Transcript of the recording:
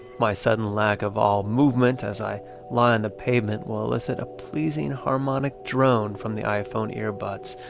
my sudden lack of all movement as i lie on the pavement will elicit a pleasing harmonic drone from the iphone earbuds,